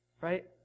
Right